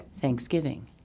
Thanksgiving